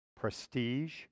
prestige